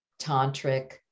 tantric